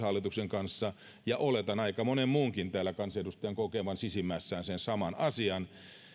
hallituksen kanssa oletan aika monen muunkin kansanedustajan täällä kokevan sisimmässään sen saman asian